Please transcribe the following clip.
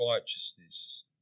righteousness